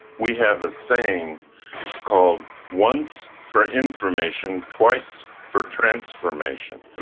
we have a saying called once for information, twice for transformation.